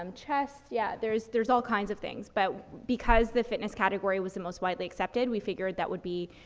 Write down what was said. um chest, yeah, there's, there's all kinds of things. but because the fitness category was the most widely accepted, we figured that would be,